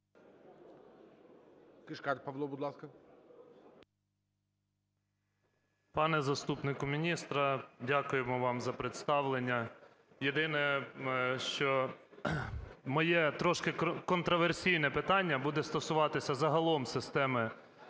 Пане заступнику міністра, дякуємо вам за представлення. Єдине, що моє трошки контраверсійне питання буде стосуватися загалом системи